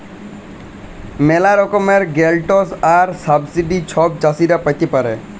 ম্যালা রকমের গ্র্যালটস আর সাবসিডি ছব চাষীরা পাতে পারে